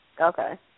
Okay